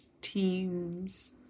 Teams